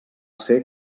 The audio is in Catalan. ser